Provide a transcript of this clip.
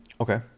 Okay